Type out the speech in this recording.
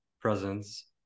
presence